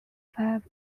five